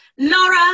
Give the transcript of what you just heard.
Laura